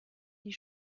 die